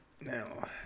Now